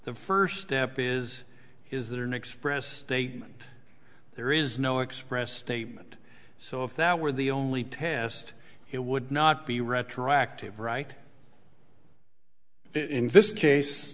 the first step is is there an express date there is no express statement so if that were the only test it would not be retroactive right in this case